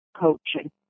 coaching